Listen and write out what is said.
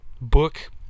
book